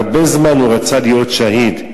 הרבה זמן רצה להיות שהיד.